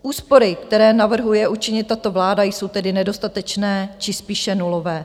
Úspory, které navrhuje učinit tato vláda, jsou tedy nedostatečné či spíše nulové.